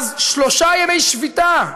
ואז שלושה ימי שביתה,